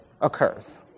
occurs